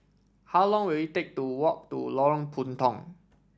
how long will it take to walk to Lorong Puntong